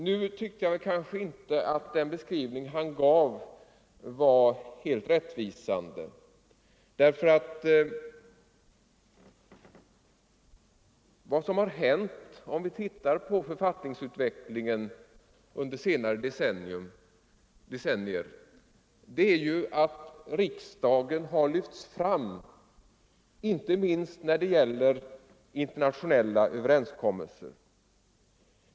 Nu tycker jag emellertid inte att beskrivningen var rättvisande, ty i fråga om författningsutveckling de senaste decennierna har ju riksdagen lyfts fram, inte minst när det gäller internationella överenskommelser.